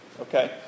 Okay